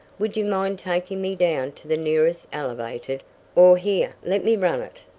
would you mind taking me down to the nearest elevated or here, let me run it.